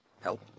Help